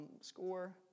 score